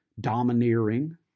domineering